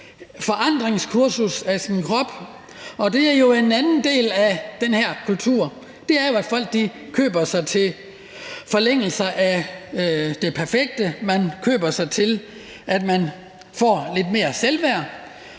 forandringskursus af sin krop. Det er jo en anden del af den her kultur, nemlig at folk køber sig til forlængelser af det perfekte. Man køber sig selv noget, så man får lidt mere selvværd.